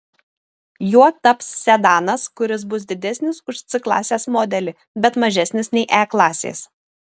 juo taps sedanas kuris bus didesnis už c klasės modelį bet mažesnis nei e klasės